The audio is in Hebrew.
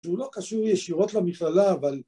שהוא לא קשור ישירות למכללה אבל...